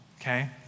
okay